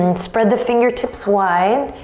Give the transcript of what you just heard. and spread the fingertips wide.